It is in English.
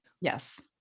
yes